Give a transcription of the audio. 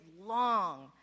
long